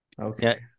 okay